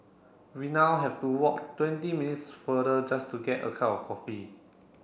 we now have to walk twenty minutes farther just to get a cup of coffee